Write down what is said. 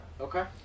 Okay